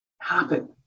happen